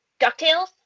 DuckTales